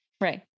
Right